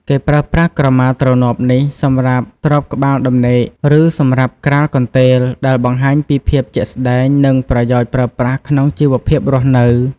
គេប្រើប្រាស់ក្រមាទ្រនាប់នេះ សម្រាប់ទ្រាប់ក្បាលដំណេក ឬសម្រាប់ក្រាលកន្ទេល ដែលបង្ហាញពីភាពជាក់ស្តែង និងប្រយោជន៍ប្រើប្រាស់ក្នុងជីវភាពរស់នៅ។